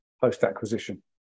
post-acquisition